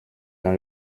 dans